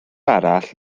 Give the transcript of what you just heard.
arall